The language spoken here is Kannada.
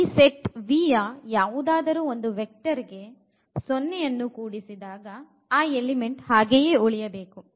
ಈ ಸೆಟ್ V ಯ ಯಾವುದಾದರು ವೆಕ್ಟರ್ ಗೆ 0 ಅನ್ನು ಕೂಡಿಸಿದಾಗ ಆ ಎಲಿಮೆಂಟ್ ಹಾಗೆಯೇ ಉಳಿಯಬೇಕು